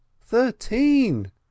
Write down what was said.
thirteen